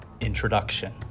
Introduction